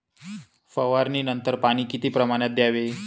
फवारणीनंतर पाणी किती प्रमाणात द्यावे?